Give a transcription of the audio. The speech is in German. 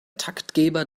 taktgeber